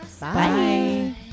Bye